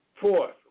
Fourth